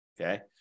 okay